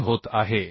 मी होत आहे